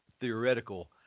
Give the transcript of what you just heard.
theoretical